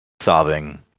sobbing